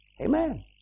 Amen